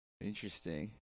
Interesting